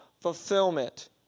fulfillment